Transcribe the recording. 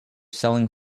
selling